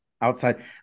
outside